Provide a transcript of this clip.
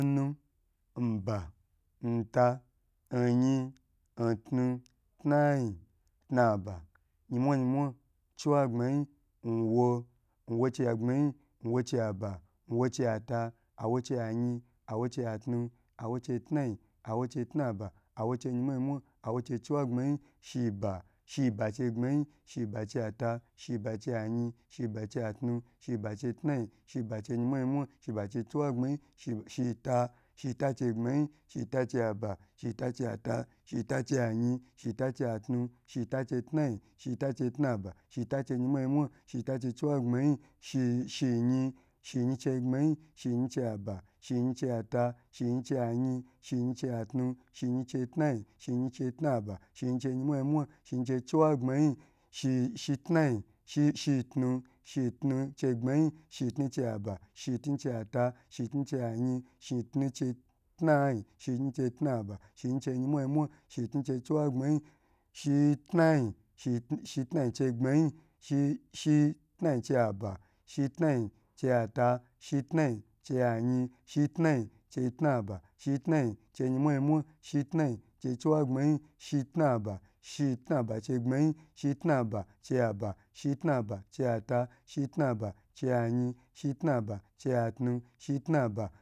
Nnu nba nta nyi ntu tnayi tnaba yimwa yinmwa chiwagbayin nwo awo nwochegbamayi nwo chuba nwocheta awocheyin awochetun awochetnayi awoche tnaba awocheyimwa yinmwa awoche chiwagbayi shiba shiba chegbmayi shiba cheta shibacheyin shiba chetu shibi chetnayin shibacheyimwa yimwa shiba che chiwagbmayin shita shitache gbmayi shita chaba shitachata shitachayi shitachatu shitache tnayin shitache tnaba shitache yinmwa yinmwa shita chechiwagbmayi shin shiyin shiyin chebmayi shiyinchaba shiyinchata shiyin chau shiyin chetnayin shiyin chetnwba shiyin cheyinmwa yinmwa shiyin chechwagbmayin shi shitu shitu che gbmayi shitu chaba shitu cheta shitu chayin shitu chetnayi shituche tnaba shitu cheyinmwa yinwa shitu che chewagbayin shitayin shitnayi cha aba shitnayi chata shitnayi chayin shitnayi che tnaba shitnayi che yinmwa yimwa shitnayi che chiwagbayi shitnaba shitnaba chegmay shitnaba chaba shitnaba chata shitnaba chayi shitnaba chetu shitnabachatnayin shitnaba